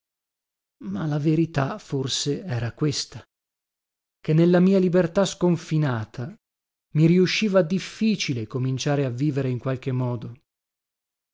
ma la verità forse era questa che nella mia libertà sconfinata mi riusciva difficile cominciare a vivere in qualche modo